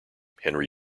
henry